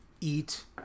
eat